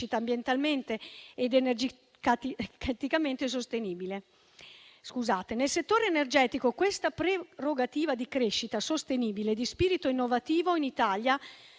ambientalmente ed energeticamente sostenibile. Nel settore energetico questa prerogativa di crescita sostenibile e di spirito innovativo in Italia